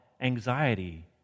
anxiety